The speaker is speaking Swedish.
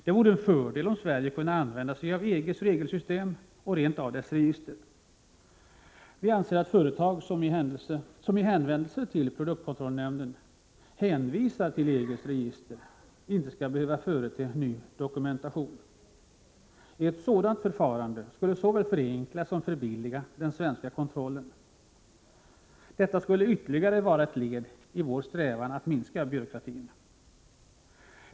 Det vore en fördel om Sverige kunde använda sig av EG:s regelsystem och rent av dess register. Vi anser att företag som i hänvändelse till produktkontrollnämnden hänvisar till EG:s register inte skall behöva förete ny dokumentation. Ett sådant förfarande skulle såväl förenkla som förbilliga den svenska kontrollen. Detta skulle vara ytterligare ett led i vår strävan att minska byråkratin.